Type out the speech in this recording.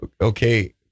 Okay